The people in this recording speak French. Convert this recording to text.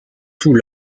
tout